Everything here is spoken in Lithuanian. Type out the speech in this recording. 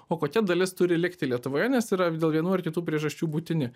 o kokia dalis turi likti lietuvoje nes yra dėl vienų ar kitų priežasčių būtini